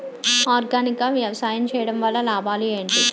Organic గా వ్యవసాయం చేయడం వల్ల లాభాలు ఏంటి?